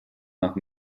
nach